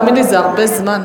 תאמין לי, זה הרבה זמן.